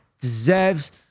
deserves